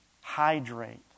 hydrate